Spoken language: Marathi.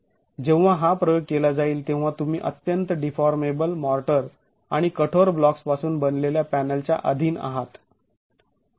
जेव्हा हा प्रयोग केला जाईल तेव्हा तुम्ही अत्यंत डीफॉर्मेबल मॉर्टर आणि कठोर ब्लॉक्स् पासून बनलेल्या पॅनलच्या आधीन आहात